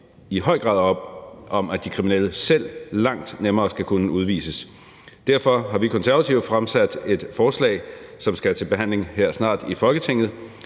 i høj grad op om, at de kriminelle selv langt nemmere skal kunne udvises. Derfor har vi Konservative fremsat et forslag, som skal til behandling her i Folketinget